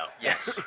Yes